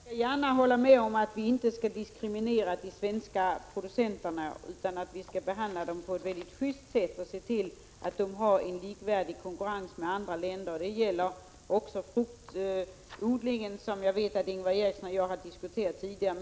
Herr talman! Jag skall gärna hålla med om att vi inte skall diskriminera de svenska producenterna utan behandla dem schyst och se till att de har likvärdig konkurrens jämfört med andra länder. Det gäller också fruktodlingen, som jag vet att Ingvar Eriksson och jag har diskuterat tidigare.